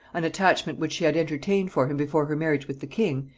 an attachment which she had entertained for him before her marriage with the king,